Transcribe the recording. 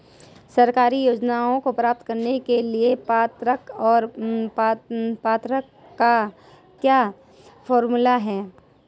सरकारी योजनाओं को प्राप्त करने के लिए पात्रता और पात्रता का क्या फार्मूला है?